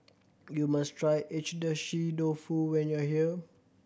you must try Agedashi Dofu when you are here